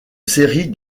série